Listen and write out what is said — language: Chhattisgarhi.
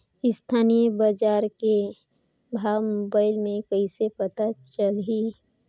स्थानीय बजार के भाव मोबाइल मे कइसे पता चलही?